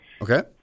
Okay